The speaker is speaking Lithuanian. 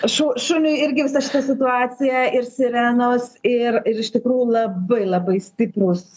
šu šuniui irgi visa šita situacija ir sirenos ir ir iš tikrų labai labai stiprūs